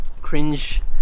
cringe